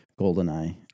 GoldenEye